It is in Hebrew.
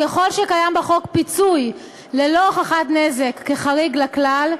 ככל שקיים בחוק פיצוי ללא הוכחת נזק כחריג לכלל,